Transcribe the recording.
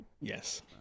yes